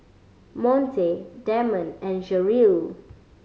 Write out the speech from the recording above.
Monte Demond and Jeryl